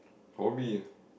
hobby ah